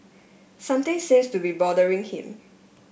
something seems to be bothering him